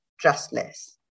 trustless